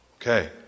Okay